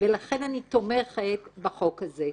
ולכן אני תומכת בחוק הזה.